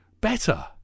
better